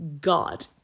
god